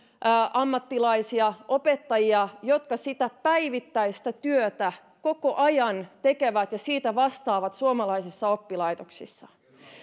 ammattilaisia opettajia jotka sitä päivittäistä työtä koko ajan tekevät ja siitä vastaavat suomalaisissa oppilaitoksissa